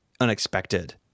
unexpected